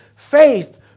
faith